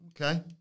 Okay